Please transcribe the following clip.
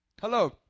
Hello